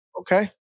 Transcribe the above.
Okay